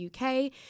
UK